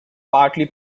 partly